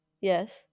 Yes